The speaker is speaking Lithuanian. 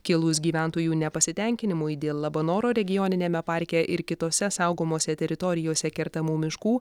kilus gyventojų nepasitenkinimui dėl labanoro regioniniame parke ir kitose saugomose teritorijose kertamų miškų